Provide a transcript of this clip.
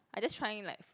I just trying like